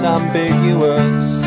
Ambiguous